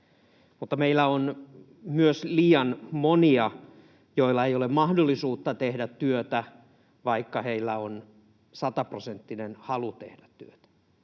meillä on myös liian monia, joilla ei ole mahdollisuutta tehdä työtä, vaikka heillä on sataprosenttinen halu tehdä työtä.